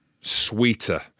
sweeter